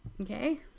okay